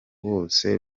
wose